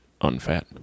unfat